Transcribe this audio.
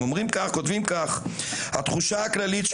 הם כותבים ככה: "התחושה הכללית של